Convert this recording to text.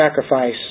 sacrifice